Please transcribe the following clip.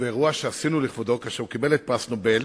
באירוע שעשינו לכבודו כאשר הוא קיבל את פרס נובל,